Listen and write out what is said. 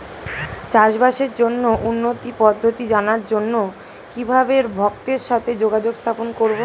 চাষবাসের জন্য উন্নতি পদ্ধতি জানার জন্য কিভাবে ভক্তের সাথে যোগাযোগ স্থাপন করব?